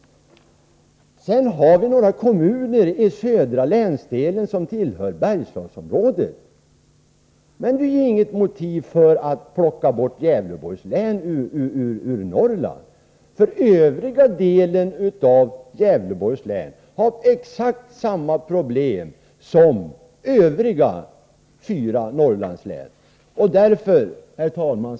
Några kommuner i den södra länsdelen tillhör visserligen Bergslagsområdet, men det är ju inget motiv för att Gävleborgs län skall tas bort från Norrland. Den resterande delen av Gävleborgs län har exakt samma problem som övriga fyra Norrlandslän. Herr talman!